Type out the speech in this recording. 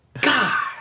god